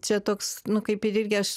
čia toks nu kaip ir irgi aš